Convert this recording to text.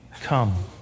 Come